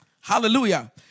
hallelujah